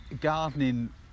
gardening